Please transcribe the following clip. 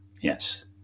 Yes